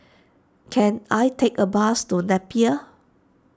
can I take a bus to Napier